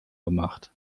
gemacht